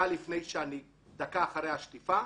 דקה אחרי השטיפה,